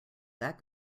that